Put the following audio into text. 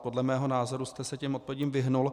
Podle mého názoru jste se těm odpovědím vyhnul.